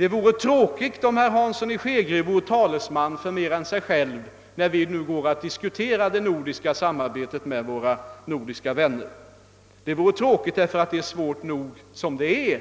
det vore tråkigt om herr Hansson i Skegrie vore talesman för fler än sig själv när vi nu går att diskutera samarbetet med våra nordiska vänner. Det är svårt nog som det är.